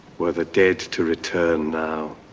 were the dead to return now,